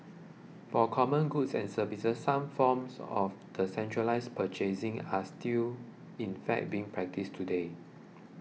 for common goods and services some forms of the centralised purchasing are still in fact being practised today